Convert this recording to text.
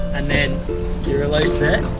and then you release that.